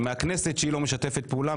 מהכנסת, שהכנסת לא תשתף איתם פעולה.